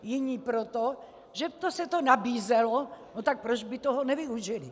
Jiní proto, že se to nabízelo, tak proč by toho nevyužili.